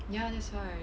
ya that's why